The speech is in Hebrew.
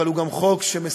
אבל הוא גם חוק שמסמל